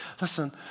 Listen